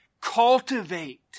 cultivate